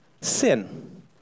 sin